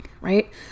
right